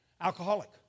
alcoholic